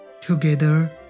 Together